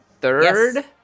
third